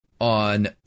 on